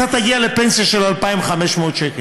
אתה תגיע לפנסיה של 2,500 שקל.